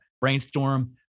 brainstorm